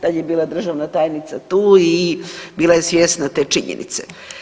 Tad je bila državna tajnica tu i bila je svjesna te činjenice.